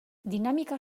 dinamika